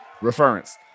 reference